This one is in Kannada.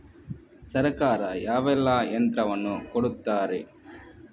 ಸರ್ಕಾರ ಯಾವೆಲ್ಲಾ ಯಂತ್ರವನ್ನು ಕೊಡುತ್ತಾರೆ?